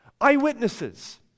Eyewitnesses